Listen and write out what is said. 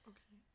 Okay